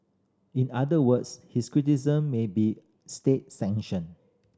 in other words his criticism may be state sanctioned